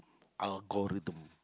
algorithm